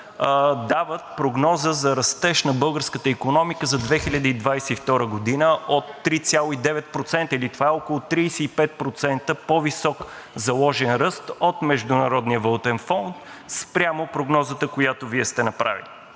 дават прогноза за растеж на българската икономика за 2022 г. от 3,9%, или това е около 35% по-висок заложен ръст от Международния валутен фонд спрямо прогнозата, която Вие сте направили.